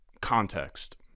context